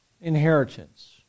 Inheritance